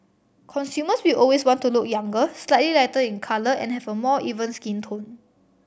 consumers will always want to look younger slightly lighter in colour and have a more even skin tone